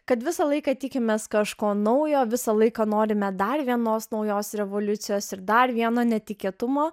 kad visą laiką tikimės kažko naujo visą laiką norime dar vienos naujos revoliucijos ir dar vieno netikėtumo